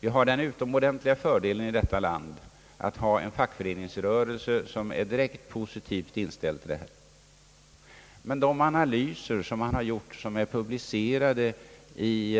Vi har den utomordentliga fördelen i detta land att äga en fackföreningsrörelse som är direkt positivt inställd till denna verksamhet. De analyser som har gjorts och som är publicerade i